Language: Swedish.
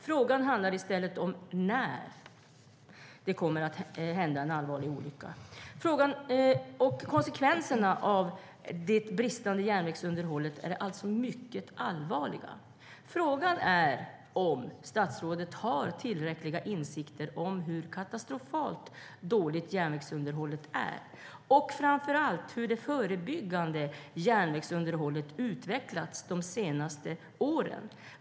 Frågan är i stället när den kommer att hända. Konsekvenserna av det bristande järnvägsunderhållet är alltså mycket allvarliga. Frågan är om statsrådet har tillräckliga insikter om hur katastrofalt dåligt järnvägsunderhållet är och framför allt om hur det förebyggande järnvägsunderhållet utvecklats de senaste åren.